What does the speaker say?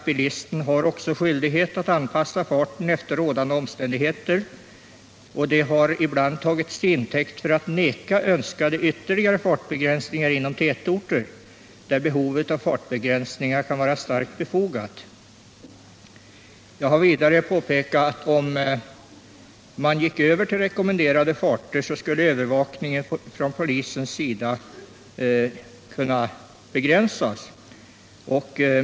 Bilisten har också skyldighet att anpassa farten efter rådande omständigheter, och det förhållandet har 59 ibland tagits till intäkt för att inte tillstyrka ytterligare fartbegränsningar inom tätorter, där behovet av fartbegränsningar kan vara stort. Jag har vidare pekat på att polisens övervakning skulle kunna begränsas om man gick över till rekommenderade farter.